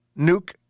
Nuke